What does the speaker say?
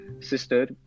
sister